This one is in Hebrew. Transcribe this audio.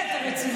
ראית את הסרטון?